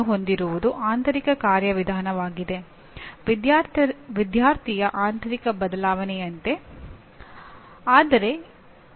ಅಂದರೆ ಕಲಿಕೆಯ ಘಟಕದ ಕೊನೆಯಲ್ಲಿ ವಿದ್ಯಾರ್ಥಿಗೆ ಏನು ಮಾಡಲು ಸಾಧ್ಯವಾಗಬೇಕು